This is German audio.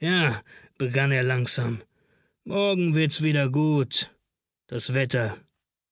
ja begann er langsam morgen wird's wieder gut das wetter